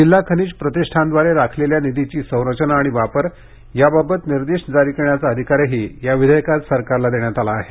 जिल्हा खनिज प्रतिष्ठानद्वारे राखलेल्या निधीची संरचना आणि वापर याबाबत निर्देश जारी करण्याचा अधिकारही या विधेयकात देण्यात आला आहे